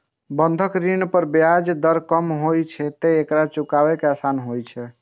बंधक ऋण पर ब्याज दर कम होइ छैं, तें एकरा चुकायब आसान होइ छै